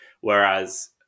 whereas